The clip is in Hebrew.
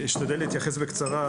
אשתדל להתייחס בקצרה.